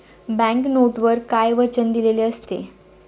Bank नोटवर काय वचन दिलेले असते?